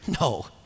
No